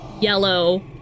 yellow